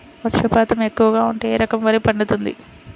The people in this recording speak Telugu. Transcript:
వర్షపాతం ఎక్కువగా ఉంటే ఏ రకం వరి పండుతుంది?